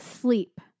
sleep